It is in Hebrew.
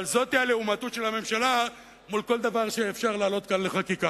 אבל זאת הלעומתיות של הממשלה מול כל דבר שאפשר להעלות כאן לחקיקה.